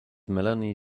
melanie